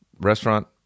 restaurant